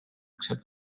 accept